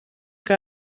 que